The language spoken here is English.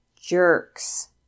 jerks